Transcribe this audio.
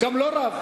גם לא רב.